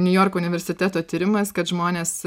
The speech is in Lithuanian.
niujorko universiteto tyrimas kad žmonės